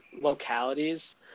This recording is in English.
localities